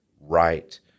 right